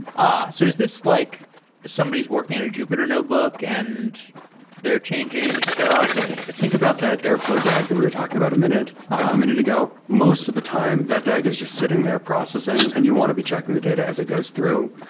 ah so is this like somebody's working on a jupyter notebook and they're changing stuff? think about that airfl ow dag that we're talking about a minute ah minute ago. most of the time, that dag is just sitting there processing and you want to be checking the data as it goes through.